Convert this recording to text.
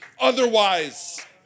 otherwise